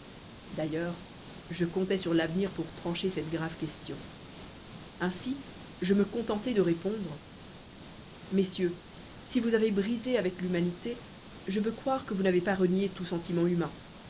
d'ailleurs je comptais sur l'avenir pour trancher cette grave question ainsi je me contentai de répondre messieurs si vous avez brisé avec l'humanité je veux croire que vous n'avez pas renié tout sentiment humain